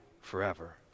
forever